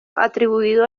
atribuido